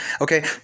Okay